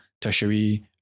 tertiary